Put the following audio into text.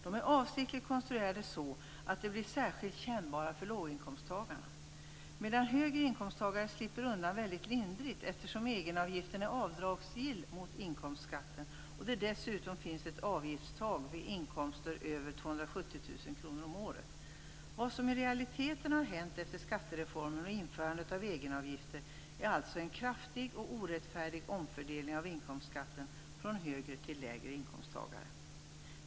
De är avsiktligt konstruerade så att de blir särskilt kännbara för låginkomsttagarna, medan höginkomsttagare slipper undan väldigt lindrigt, eftersom egenavgiften är avdragsgill mot inkomstskatten och det dessutom finns ett avgiftstak vid inkomster över Vad som i realiteten har hänt efter skattereformen och införandet av egenavgifter är alltså en kraftig och orättfärdig omfördelning av inkomstskatten från höginkomsttagare till låginkomsttagare.